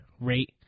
rate